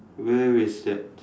where is that